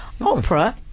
Opera